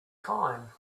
fine